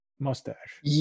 mustache